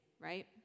right